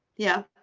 yeah.